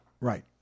Right